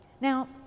Now